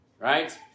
right